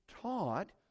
taught